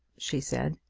she said,